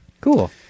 Cool